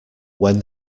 when